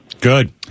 Good